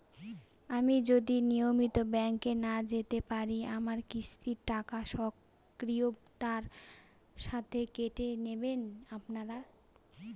আমি যদি নিয়মিত ব্যংকে না যেতে পারি আমার কিস্তির টাকা স্বকীয়তার সাথে কেটে নেবেন আপনারা?